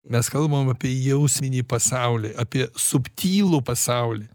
mes kalbame apie jausminį pasaulį apie subtilų pasaulį